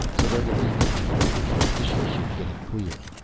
so there will be no trouble with the munition ship getting clear.